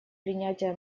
принятия